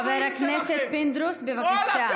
חבר הכנסת פינדרוס, בבקשה.